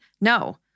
No